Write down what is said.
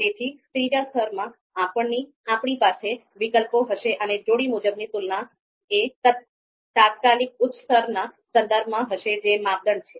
તેથી ત્રીજા સ્તરમાં આપણી પાસે વિકલ્પો હશે અને જોડી મુજબની તુલના એ તાત્કાલિક ઉચ્ચ સ્તરના સંદર્ભમાં હશે જે માપદંડ છે